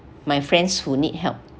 my friends who need help